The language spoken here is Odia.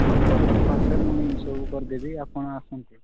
ହଉ ଡକ୍ଟର୍ ପାଖରେ ମୁଇଁ ସବୁ କରି ଦେବି ଆପଣ ଆସନ୍ତୁ